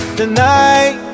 tonight